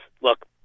look